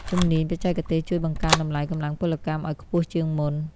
ជំនាញបច្ចេកទេសជួយបង្កើនតម្លៃកម្លាំងពលកម្មឱ្យខ្ពស់ជាងមុន។